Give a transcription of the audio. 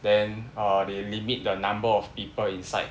then uh they limit the number of people inside